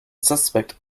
suspect